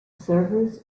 service